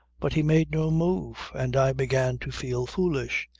but he made no move, and i began to feel foolish.